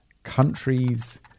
countries